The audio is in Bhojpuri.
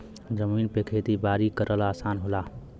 जमीन पे खेती बारी करल आसान होला